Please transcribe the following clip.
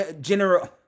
General